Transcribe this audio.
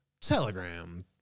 Telegram